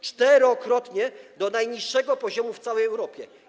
czterokrotnie, do najniższego poziomu w całej Europie.